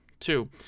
Two